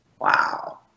Wow